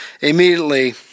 Immediately